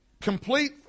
complete